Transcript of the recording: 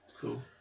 Cool